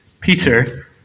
Peter